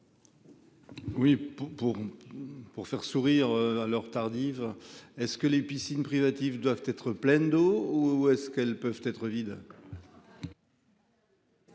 pour pour faire sourire à l'heure tardive. Est-ce que les piscines privatives doivent être pleine d'eau ou est-ce qu'elles peuvent être vide.